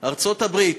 ארצות-הברית,